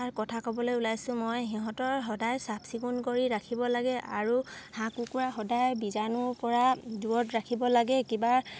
ৰ কথা ক'বলৈ ওলাইছোঁ মই সিহঁতৰ সদায় চাফ চিকুণ কৰি ৰাখিব লাগে আৰু হাঁহ কুকুৰা সদায় বীজাণুৰপৰা দূৰত ৰাখিব লাগে কিবা